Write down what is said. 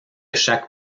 chaque